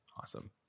Awesome